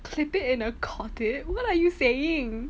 slip it in a court it when are you saying